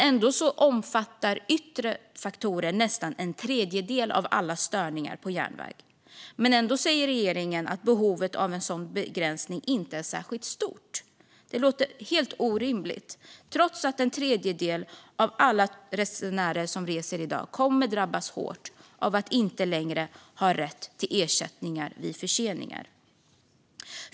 Yttre faktorer omfattar nästan en tredjedel av alla störningar på järnväg. Ändå säger regeringen att behovet av en sådan begränsning inte är särskilt stort. Men det låter helt orimligt att en tredjedel av alla tågresenärer som reser i dag inte längre kommer att ha rätt till ersättning vid förseningar. De kommer att drabbas hårt.